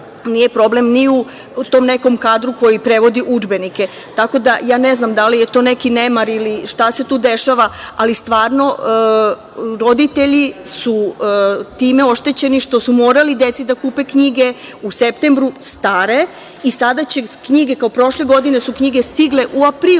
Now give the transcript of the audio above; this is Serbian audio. nije problem ni u tom nekom kadru koji prevodi udžbenika. Tako da, ja ne znam da li je to neki nemar, šta se tu dešava, ali stvarno, roditelji su time oštećeni što su morali deci da kupe knjige u septembru stare i sada će knjige, prošle godine su knjige stigle u aprilu